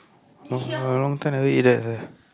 a long long time never eat that leh